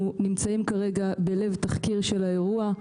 אנחנו נמצאים כרגע בלב תחקיר של האירוע.